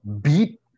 beat